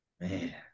man